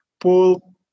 pull